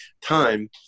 time